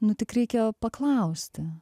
nu tik reikia paklausti